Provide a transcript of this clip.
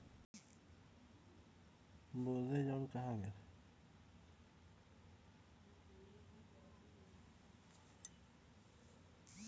mercerisation कपड़ा तरीका से तैयार करेके प्रक्रिया के कहल जाला